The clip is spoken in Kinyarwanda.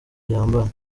gihambaye